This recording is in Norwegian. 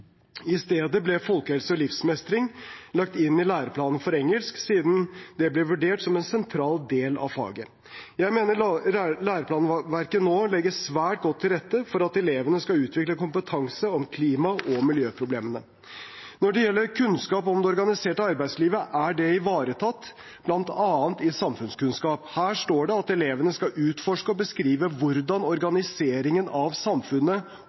I stedet ble folkehelse og livsmestring lagt inn i læreplanen for engelsk, siden det ble vurdert som en sentral del av faget. Jeg mener at læreplanverket nå legger svært godt til rette for at elevene skal utvikle kompetanse om klima- og miljøproblemer. Når det gjelder kunnskap om det organiserte arbeidslivet, er det ivaretatt bl.a. i samfunnskunnskap. Der står det at elevene skal utforske og beskrive hvordan organiseringen av samfunnet